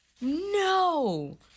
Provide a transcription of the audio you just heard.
No